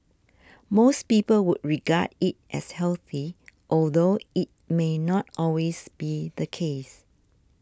most people would regard it as healthy although it may not always be the case